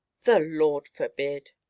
the lord forbid!